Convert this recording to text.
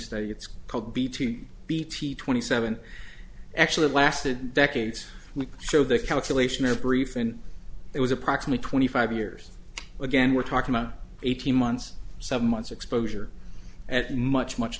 study it's called bt bt twenty seven actually lasted decades and showed their calculation their brief and it was approximately twenty five years again we're talking about eighteen months seven months exposure at much much